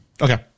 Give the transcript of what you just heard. Okay